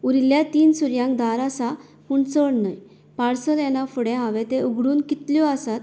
उरिल्ल्या तीन सुरयांक धार आसा पूण चड न्हय पार्सल येना फुडें हांवें तें उगडून कितल्यो आसात